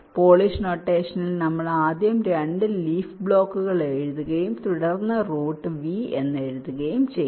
polish നൊട്ടേഷനിൽ നമ്മൾ ആദ്യം 2 ലീഫ് ബ്ലോക്കുകൾ എഴുതുകയും തുടർന്ന് റൂട്ട് V എഴുതുകയും ചെയ്യുന്നു